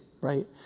Right